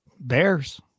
Bears